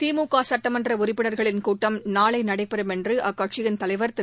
திமுக சட்டமன்ற உறுப்பினர்களின் கூட்டம் நாளை நடைபெறும் என்று அக்கட்சியின் தலைவர் திரு